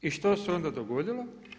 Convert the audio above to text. I što se onda dogodilo?